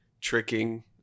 tricking